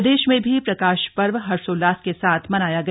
प्रदेश में भी प्रकाश पर्व हर्षोल्लास के साथ मनाया गया